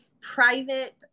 private